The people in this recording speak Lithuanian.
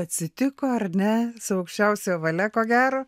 atsitiko ar ne su aukščiausiojo valia ko gero